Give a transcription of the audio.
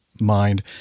mind